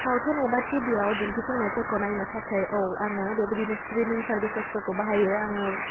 सावथुन एबा टिभियाव दिन्थिफुंनायफोरखौ नायनो थाखाय औ आङो बेबायदिनो स्ट्रिमिं सारभिसेसफोरखौ बाहायो आङो